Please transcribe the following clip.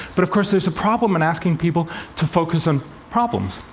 but of course, there's a problem in asking people to focus on problems.